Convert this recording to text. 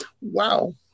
wow